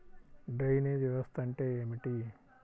Drainage వ్యవస్థ అంటే ఏమిటి?